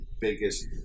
biggest